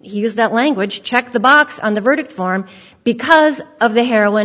use that language check the box on the verdict form because of the heroin